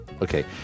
Okay